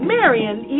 Marion